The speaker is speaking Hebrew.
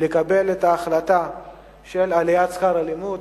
לקבל את ההחלטה של העלאת שכר הלימוד.